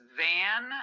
van